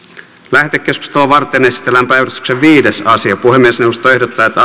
lähetekeskustelua varten esitellään päiväjärjestyksen viides asia puhemiesneuvosto ehdottaa että